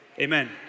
Amen